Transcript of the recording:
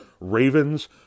Ravens